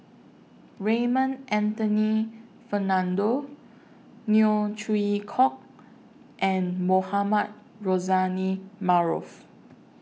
Raymond Anthony Fernando Neo Chwee Kok and Mohamed Rozani Maarof